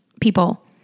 people